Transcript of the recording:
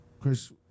Chris